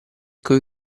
coi